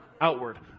outward